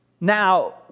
Now